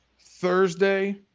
Thursday